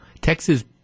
Texas